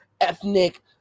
ethnic